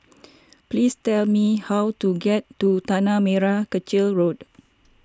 please tell me how to get to Tanah Merah Kechil Road